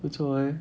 不错 eh